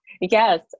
yes